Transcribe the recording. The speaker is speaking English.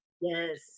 yes